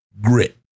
grit